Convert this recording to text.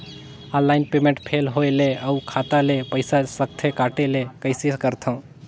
Online payment fail होय ले अउ खाता ले पईसा सकथे कटे ले कइसे करथव?